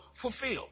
fulfilled